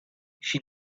she